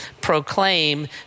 proclaim